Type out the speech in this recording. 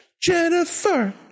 Jennifer